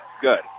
good